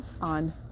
on